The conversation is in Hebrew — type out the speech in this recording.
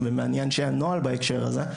ומעניין שאין נוהל בהקשר הזה,